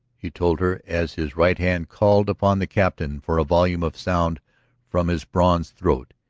he told her as his right hand called upon the captain for a volume of sound from his bronze throat.